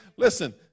Listen